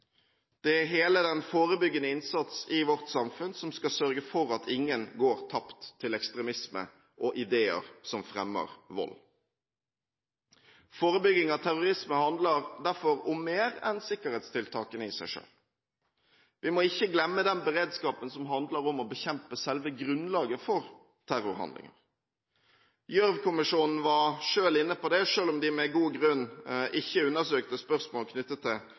Det er hele den forebyggende innsatsen i vårt samfunn som skal sørge for at ingen går tapt til ekstremisme og ideer som fremmer vold. Forebygging av terrorisme handler derfor om mer enn sikkerhetstiltakene i seg selv. Vi må ikke glemme den beredskapen som handler om å bekjempe selve grunnlaget for terrorhandlinger. Gjørv-kommisjonen var selv inne på det, selv om de med god grunn ikke undersøkte spørsmål knyttet til